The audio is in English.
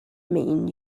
mean